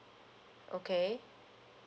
okay